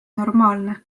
normaalne